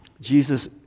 Jesus